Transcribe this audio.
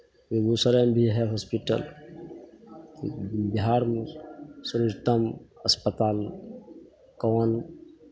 बेगूसरायमे भी हइ हॉस्पिटल बिहारमे सर्वोत्तम अस्पताल कौन